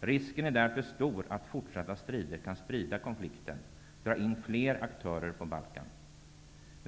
Risken är därför stor att fortsatta strider kan sprida konflikten, dra in fler aktörer på Balkan.